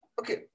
Okay